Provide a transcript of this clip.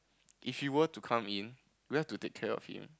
if you were to come in we have to take care of him